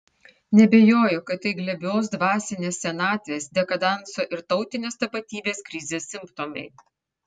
neabejoju kad tai glebios dvasinės senatvės dekadanso ir tautinės tapatybės krizės simptomai